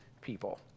people